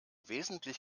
wesentlich